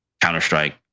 Counter-Strike